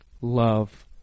love